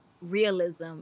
realism